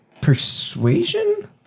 persuasion